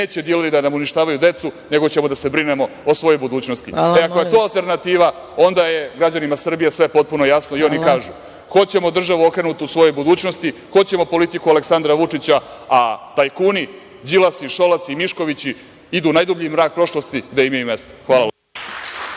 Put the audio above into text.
neće dileri da nam uništavaju decu, nego ćemo da se brinemo o svojoj budućnosti.E, ako je to alternativa, onda je građanima Srbije sve potpuno jasno i oni kažu - hoćemo državu okrenutu svojoj budućnosti, hoćemo politiku Aleksandra Vučića, a tajkuni, Đilasi, Šolaci, Miškovići, idu u najdublji mrak prošlosti, gde im je i mesto. Hvala.